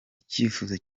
icyifuzo